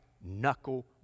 knuckle